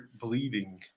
bleeding